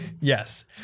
Yes